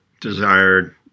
desired